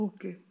Okay